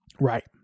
Right